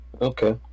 Okay